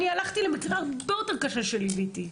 אבל אני הלכתי למקרה הרבה יותר קשה שליוויתי.